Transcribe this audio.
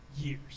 years